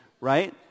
right